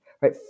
right